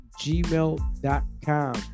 gmail.com